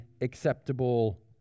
acceptable